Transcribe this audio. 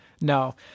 No